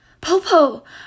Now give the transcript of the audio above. Popo